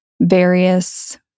various